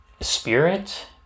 spirit